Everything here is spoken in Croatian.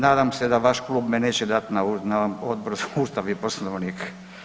Nadam se da vaš klub me neće dati na Odbor za Ustav i Poslovnik.